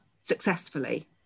successfully